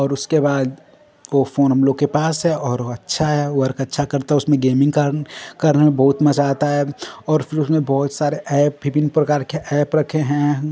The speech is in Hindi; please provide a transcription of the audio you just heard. और उसके बाद वो फोन हम लोग के पास है अच्छा है वर्क अच्छा करता है उसमें गेमिंग कर करने में बहुत मजा आता है और उसमें बहुत प्रकार के एप विभिन्न प्रकार के एप रखे है